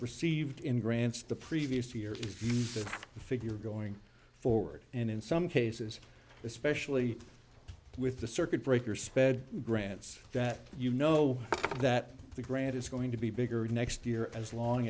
received in grants the previous year the figure going forward and in some cases especially with the circuit breaker sped grants that you know that the grant is going to be bigger next year as long